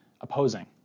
opposing